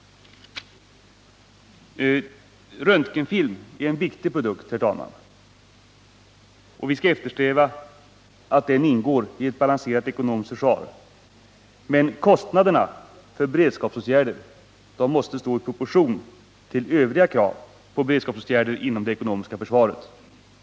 Röntgenfilm är en viktig produkt, herr talman, och vi skall eftersträva att den ingår i ett balanserat ekonomiskt försvar. Men kostnaderna på den punkten måste stå i proportion till övriga krav på beredskapsåtgärder inom det ekonomiska försvaret.